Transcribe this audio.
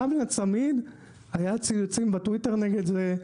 גם לצמיד היו ציוצים בטוויטר נגד זה,